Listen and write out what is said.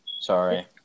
Sorry